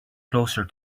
closer